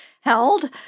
held